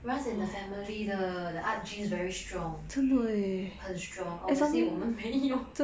runs in the family 的 the art genes very strong 很 strong obviously 我们没有